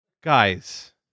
guys